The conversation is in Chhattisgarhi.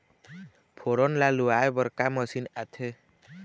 फोरन ला लुआय बर का मशीन आथे?